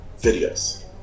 videos